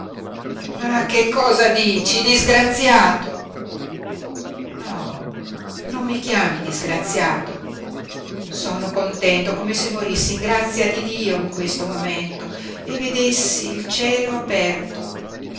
ma che cosa dici disgraziato no non mi chiami disgraziato sono contento come se morissi in grazia di dio in questo momento e vedessi il cielo aperto